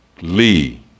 Lee